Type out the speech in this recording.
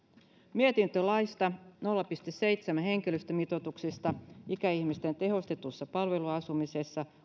mietintö laista nolla pilkku seitsemän henkilöstömitoituksesta ikäihmisten tehostetussa palveluasumisessa